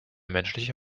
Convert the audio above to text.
menschliche